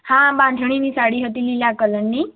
હા બાંધણીની સાડી હતી લીલા કલરની